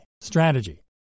Strategy